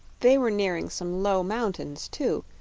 they were nearing some low mountains, too,